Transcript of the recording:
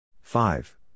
Five